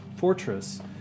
fortress